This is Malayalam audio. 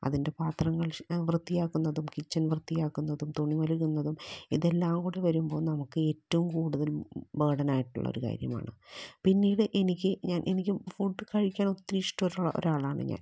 അതിൻ്റെ പത്രങ്ങൾ വൃത്തിയാക്കുന്നതും കിച്ചൺ വൃത്തിയാക്കുന്നതും തുണികഴുകുന്നതും ഇതെല്ലം കൂടി വരുമ്പോൾ നമുക്ക് ഏറ്റോം കൂടുതൽ ബേഡനായിട്ടുള്ളൊരു കാര്യമാണ് പിന്നീട് എനിക്ക് ഞാൻ എനിക്ക് ഫുഡ് കഴിക്കാൻ ഒത്തിരി ഇഷ്ടമുള്ള ഒരാളാണ് ഞാൻ